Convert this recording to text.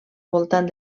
voltant